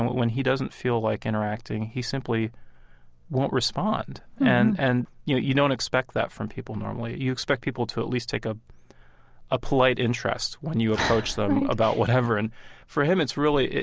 when he doesn't feel like interacting, he simply won't respond. and and you know, you don't expect that from people, normally. you expect people to at least take a ah polite interest when you approach them about whatever right and for him, it's really,